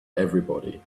everybody